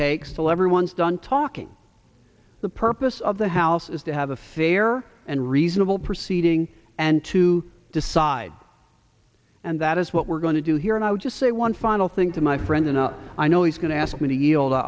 takes to lever one's done talking the purpose of the house is to have a fair and reasonable proceeding and to decide and that is what we're going to do here and i'll just say one final thing to my friend and i know he's going to ask me to yield